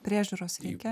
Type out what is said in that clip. priežiūros reikia